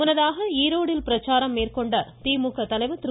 முன்னதாக ஈரோடில் பிரச்சாரம் மேற்கொண்ட திமுக தலைவர் திரு